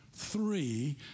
three